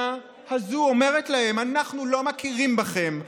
הזאת אומרת להם: אנחנו לא מכירים בכם,